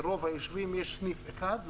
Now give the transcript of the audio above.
ברוב היישובים יש סניף אחד,